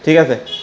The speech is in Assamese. ঠিক আছে